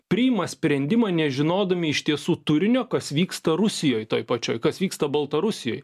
priima sprendimą nežinodami iš tiesų turinio kas vyksta rusijoj toj pačioj kas vyksta baltarusijoj